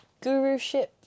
guruship